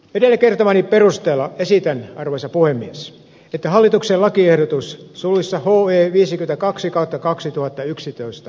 edellä kertomani perusteella esitän arvoisa puhemies että hallituksen lakiehdotus suluissa olleen viisi kaksi katja hylätään